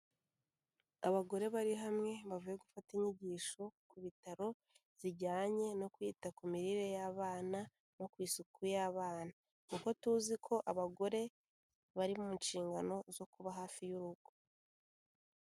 Abagore bari hamwe bavuye gufata inyigisho ku bitaro zijyanye no kwita ku mirire y'abana no ku isuku y'abana. Kuko tuzi ko abagore bari mu nshingano zo kuba hafi y'urugo.